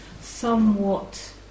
somewhat